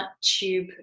tube